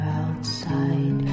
outside